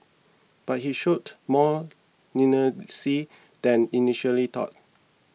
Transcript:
but he showed more leniency than initially thought